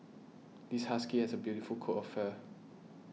this husky has a beautiful coat of fur